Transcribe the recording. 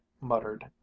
muttered